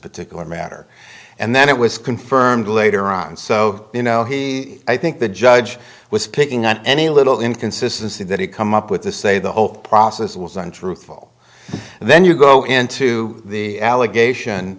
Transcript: particular matter and that it was confirmed later on so you know he i think the judge was picking on any little inconsistency that he come up with to say the whole process was untruthful and then you go into the allegation